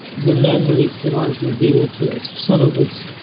the memories that aren't revealed to us. some of us,